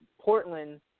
Portland